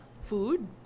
food